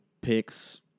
picks